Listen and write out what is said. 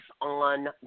on